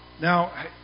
Now